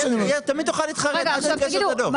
כן, תמיד תוכל להתחרט בלי שום קשר לדוח.